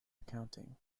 accounting